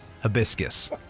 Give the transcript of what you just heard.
Hibiscus